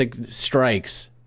strikes—